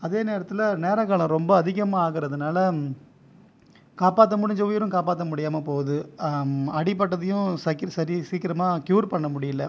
அதே நேரத்தில் நேர காலம் ரொம்ப அதிகமாக ஆகிறதுனால காப்பாற்ற முடிஞ்ச உயிரும் காப்பாற்ர முடியாமல் போகுது அடிபட்டதையும் சீக்கிரமாக க்யூர் பண்ண முடியலை